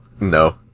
no